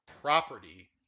property